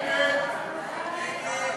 ההצעה